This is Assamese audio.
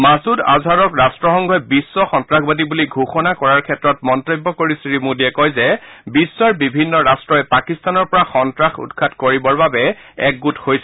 মাছুদ আজহাৰক ৰাট্টসংঘই বিশ্ব সন্তাসবাদী বুলি ঘোষণা কৰাৰ ক্ষেত্ৰত মন্তব্য কৰি শ্ৰী মোদীয়ে কয় যে বিশ্বৰ বিভিন্ন ৰাষ্ট্ৰই পাকিস্তানৰ পৰা সন্তাস উৎখাত কৰিবৰ বাবে একগোট হৈছে